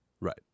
Right